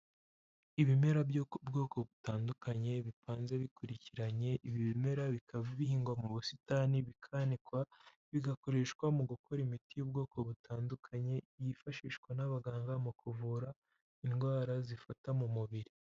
Ibimera byo ku bwoko butandukanye bipanze bikurikiranye, ibi bimera bikaba bihingwa mu busitani, bikanikwa, bigakoreshwa mu gukora imiti y'ubwoko butandukanye yifashishwa n'abaganga mu kuvura indwara zifata mu mubiri.